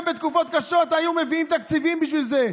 גם בתקופות קשות היו מביאים תקציבים בשביל זה.